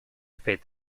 fet